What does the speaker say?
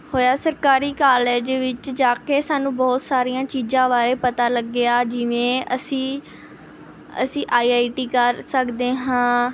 ਹੋਇਆ ਸਰਕਾਰੀ ਕਾਲਜ ਵਿੱਚ ਜਾ ਕੇ ਸਾਨੂੰ ਬਹੁਤ ਸਾਰੀਆਂ ਚੀਜ਼ਾਂ ਬਾਰੇ ਪਤਾ ਲੱਗਿਆ ਜਿਵੇਂ ਅਸੀਂ ਅਸੀਂ ਆਈ ਆਈ ਟੀ ਕਰ ਸਕਦੇ ਹਾਂ